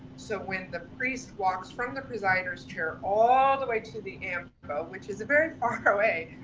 so when the priest walks from the presider's chair, all the way to the ambo which is very far away,